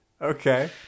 Okay